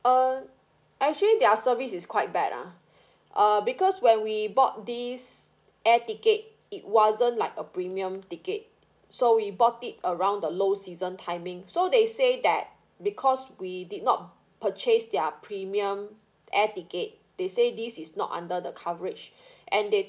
uh actually their service is quite bad ah uh because when we bought this air ticket it wasn't like a premium ticket so we bought it around the low season timing so they say that because we did not purchase their premium air ticket they say this is not under the coverage and they